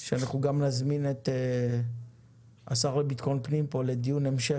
שאנחנו גם נזמין את השר לביטחון פנים לפה לדיון המשך